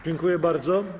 Dziękuję bardzo.